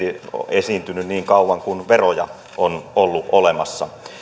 esiintynyt niin kauan kuin veroja on ollut olemassa